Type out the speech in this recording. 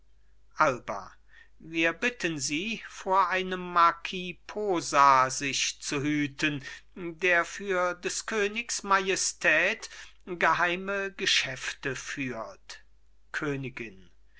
alba wir bitten sie vor einem marquis posa sich zu hüten der für des königs majestät geheime geschäfte führt königin